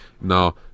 Now